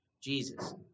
Jesus